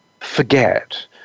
forget